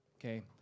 Okay